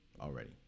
already